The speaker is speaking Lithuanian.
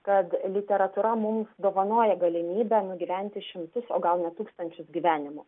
kad literatūra mums dovanoja galimybę nugyventi šimtus o gal net tūkstančius gyvenimų